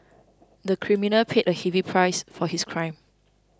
the criminal paid a heavy price for his crime